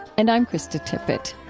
and i'm krista tippett